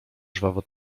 żwawo